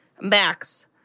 Max